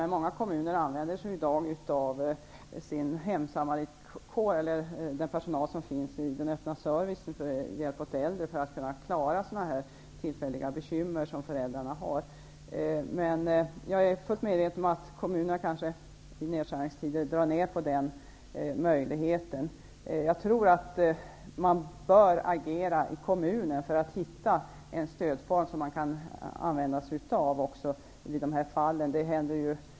Men många kommuner använder sig i dag av hemsamaritkåren -- den personal som finns inom den öppna servicen för hjälp åt äldre -- för att klara tillfälliga bekymmer som föräldrarna har. Jag är fullt medveten om att kommunerna i nedskärningstider kanske drar ned på den möjligheten. Jag tror att man i kommunen bör agera för att hitta en stödform som man också i de här fallen kan använda sig av.